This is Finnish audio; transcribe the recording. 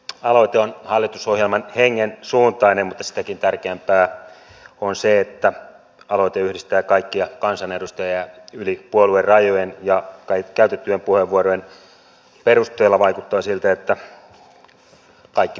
aloite on hallitusohjelman hengen suuntainen mutta sitäkin tärkeämpää on se että aloite yhdistää kaikkia kansanedustajia yli puoluerajojen ja käytettyjen puheenvuorojen perusteella vaikuttaa siltä että kaikki puheenvuorot olivat myötämielisiä